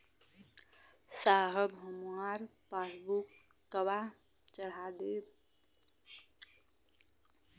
साहब हमार पासबुकवा चढ़ा देब?